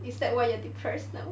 is that why you are depressed now